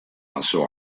pasó